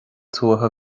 tuaithe